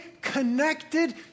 connected